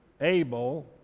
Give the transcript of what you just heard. Abel